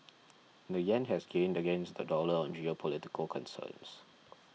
the yen has gained against the dollar on geopolitical concerns